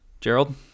Gerald